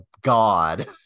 god